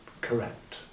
correct